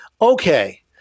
okay